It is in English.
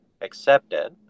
accepted